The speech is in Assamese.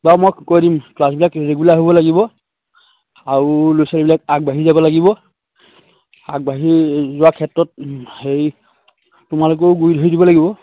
বাৰু মই কৈ দিম ক্লাছবিলাক ৰেগুলাৰ হ'ব লাগিব আৰু ল'ৰা ছোৱালীবিলাক আগবাঢ়ি যাব লাগিব আগবাঢ়ি যোৱাৰ ক্ষেত্ৰত হেৰি তোমালোকেও গুৰি ধৰি দিব লাগিব